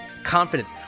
confidence